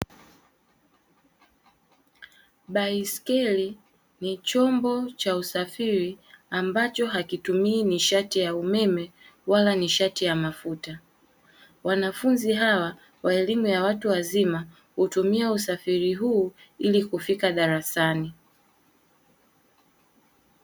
Baiskeli Ni chombo cha usafiri ambacho hakitumii nishati ya umeme wala mafuta, wanafunzi hawa wa elimu ya watu wazima hutumia usafiri huu ili kufika darasani.